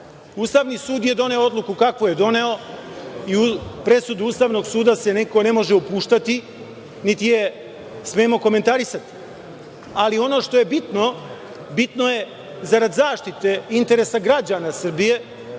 ostalo. Ustavni sud je doneo odluku kakvu je doneo i u presudu Ustavnog suda se neko ne može upuštati, niti je smemo komentarisati, ali ono što je bitno, bitno je zarad zaštite interesa građana Srbije,